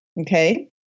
Okay